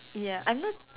ya I'm not